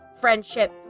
Friendship